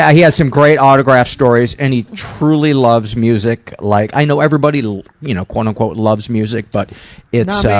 he has some great autograph stories, and he truly loves music. like i know everybody like you know kind of loves music, but it's ah,